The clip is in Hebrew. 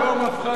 היום הפכה,